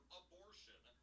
abortion